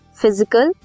physical